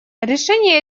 решение